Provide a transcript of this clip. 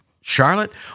Charlotte